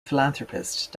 philanthropist